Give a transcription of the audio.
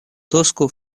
доску